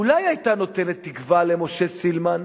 אולי היתה נותנת תקווה למשה סילמן?